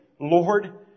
Lord